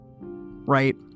right